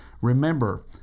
Remember